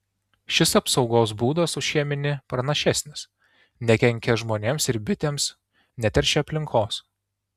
šis apsaugos būdas už cheminį pranašesnis nekenkia žmonėms ir bitėms neteršia aplinkos